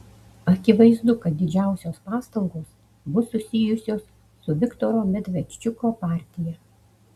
akivaizdu kad didžiausios pastangos bus susijusios su viktoro medvedčiuko partija